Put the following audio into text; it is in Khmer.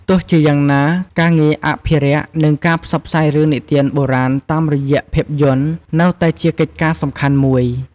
ទោះជាយ៉ាងណា ការងារអភិរក្ស និងការផ្សព្វផ្សាយរឿងនិទានបុរាណតាមរយៈភាពយន្តនៅតែជាកិច្ចការសំខាន់មួយ។